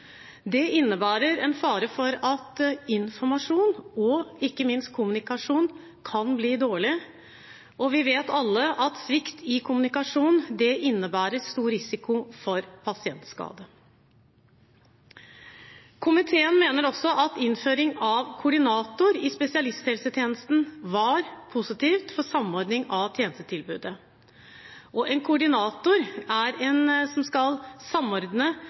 Det innebærer en fare for at informasjon og ikke minst kommunikasjon kan bli dårlig, og vi vet alle at svikt i kommunikasjonen innebærer stor risiko for pasientskade. Komiteen mener også at innføring av koordinator i spesialisthelsetjenesten var positivt for samordning av tjenestetilbudet. En koordinator er en som skal samordne